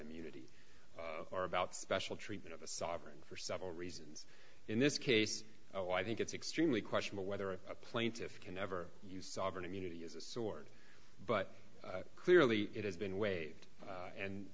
immunity or about special treatment of a sovereign for several reasons in this case oh i think it's extremely questionable whether a plaintiff can ever use sovereign immunity as a sword but clearly it has been waived a